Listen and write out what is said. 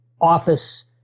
office